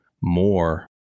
more